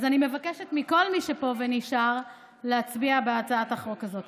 אז אני מבקשת מכל מי שפה ונשאר להצביע בעד הצעת החוק הזאת.